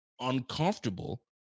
uncomfortable